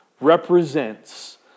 represents